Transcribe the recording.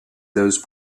those